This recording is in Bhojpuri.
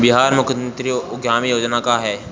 बिहार मुख्यमंत्री उद्यमी योजना का है?